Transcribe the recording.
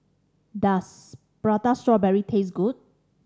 does Prata Strawberry taste good